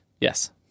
Yes